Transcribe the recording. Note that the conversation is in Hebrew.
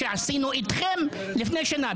בדיוק כמו שעשינו איתכם לפני שנה.